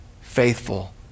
faithful